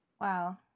Wow